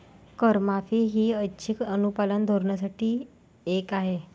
करमाफी ही ऐच्छिक अनुपालन धोरणांपैकी एक आहे